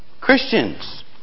Christians